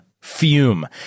fume